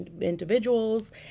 individuals